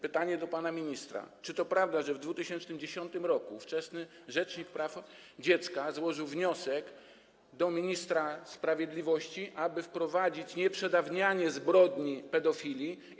Pytanie do pana ministra: Czy to prawda, że w 2010 r. ówczesny rzecznik praw dziecka złożył wniosek do ministra sprawiedliwości, aby wprowadzić nieprzedawnianie zbrodni pedofilii?